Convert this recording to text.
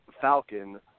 Falcon